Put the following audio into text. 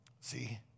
See